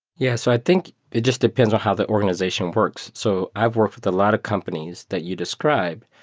yeah. so i think it just depends on how the organization works. so i've worked with a lot of companies that you described,